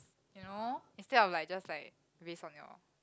you know instead of like just like based on your